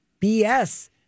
BS